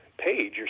Page